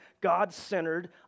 God-centered